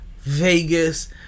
Vegas